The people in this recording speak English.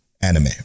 anime